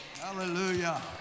Hallelujah